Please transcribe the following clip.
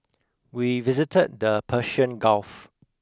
we visited the Persian Gulf